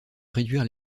réduire